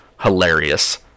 hilarious